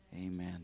Amen